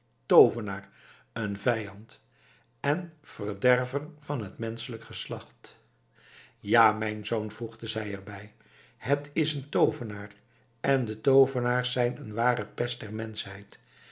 toovenaar een vijand en verderver van het menschelijk geslacht ja mijn zoon voegde zij er bij het is een toovenaar en de toovenaars zijn een ware pest